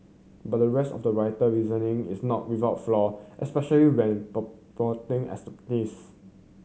but the rest of the writer reasoning is not without flaw especially when promoting